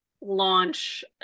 launch